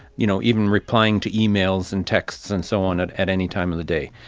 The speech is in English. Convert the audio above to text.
you know even replying to emails and texts and so on at at any time of the day.